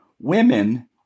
women